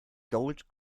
gold